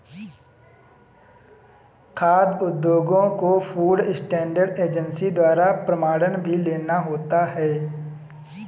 खाद्य उद्योगों को फूड स्टैंडर्ड एजेंसी द्वारा प्रमाणन भी लेना होता है